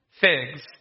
figs